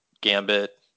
Gambit